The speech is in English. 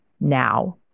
now